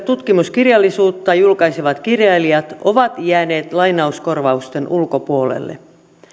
tutkimuskirjallisuutta julkaisevat kirjailijat ovat jääneet lainauskorvausten ulkopuolelle